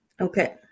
Okay